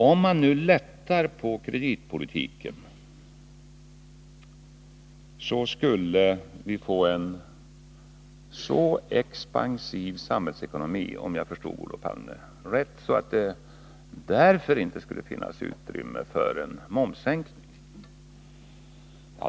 Om man nu lättade på kreditpolitiken skulle man få en så expansiv samhällsekonomi, om jag förstod Olof Palme rätt, att det inte skulle finnas utrymme för en momssänkning.